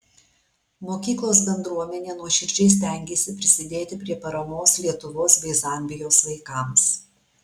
mokyklos bendruomenė nuoširdžiai stengėsi prisidėti prie paramos lietuvos bei zambijos vaikams